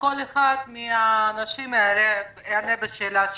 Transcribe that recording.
וכל אחד מן האנשים יענה על השאלה שלו.